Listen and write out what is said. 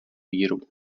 výrobu